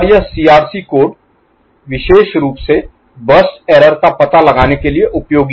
और यह CRC code विशेष रूप से बर्स्ट एरर Error त्रुटि का पता लगाने के लिए उपयोगी है